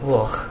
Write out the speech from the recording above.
oh